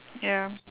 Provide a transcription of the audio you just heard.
ya